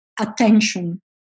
attention